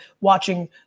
watching